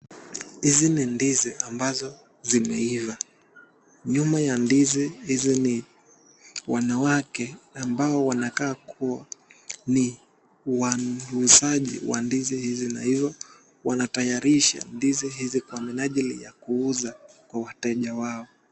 Hizi ni ndizi ambazo imeiva. Nyuma ya ndizi hizi ni wanawake ambao wanakaa kuwa ni wauzaji wa ndizi hizi na hivo wanatayarisha ndizi hizi kwa minajili ya kuuza kwa wateja wao .